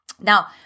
Now